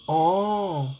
orh